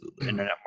internet